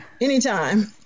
anytime